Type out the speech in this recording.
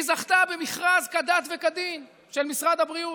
היא זכתה במכרז כדת וכדין של משרד הבריאות,